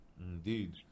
indeed